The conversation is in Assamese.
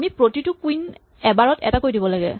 আমি প্ৰতিটো কুইন এবাৰত এটাকৈ দিব লাগে